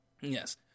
Yes